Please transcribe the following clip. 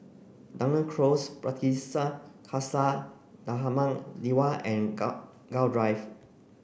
Dunearn Close Pardesi Khalsa Dharmak Diwan and Gul Gul Drive